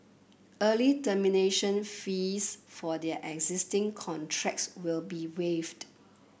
early termination fees for their existing contracts will be waived